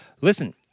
Listen